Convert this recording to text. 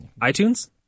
iTunes